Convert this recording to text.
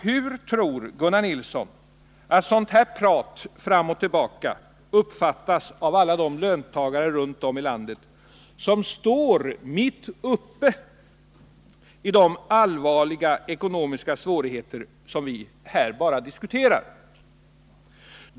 Hur tror Gunnar Nilsson att sådant här prat fram och tillbaka uppfattas av alla de löntagare runt om i landet som står mitt uppe i de allvarliga ekonomiska svårigheter som vi här bara diskuterar?